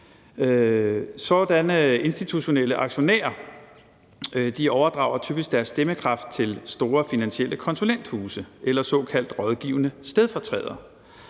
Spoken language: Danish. sådanne institutionelle aktionærer overdrager typisk deres stemmekraft til store finansielle konsulenthuse eller såkaldt rådgivende stedfortrædere.